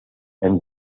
and